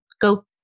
go